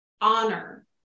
honor